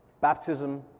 Baptism